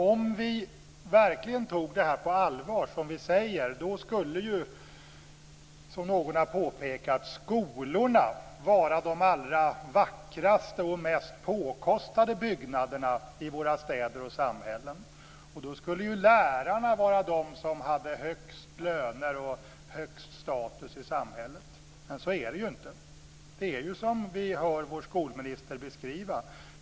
Om vi verkligen tog det vi säger på allvar skulle, som någon har påpekat, skolorna vara de allra vackraste och påkostade byggnaderna i våra städer och samhällen. Då skulle lärarna vara dem som hade högst löner och högst status i samhället. Men så är det inte. Det är som vi hör vår skolminister beskriva.